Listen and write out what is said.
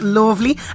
lovely